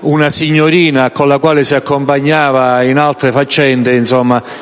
una signorina con la quale si accompagnava in altre faccende